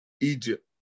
Egypt